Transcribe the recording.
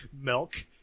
milk